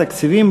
תקציבים,